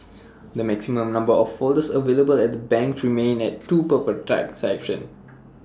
the maximum number of folders available at the banks remains at two per per transaction